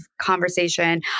conversation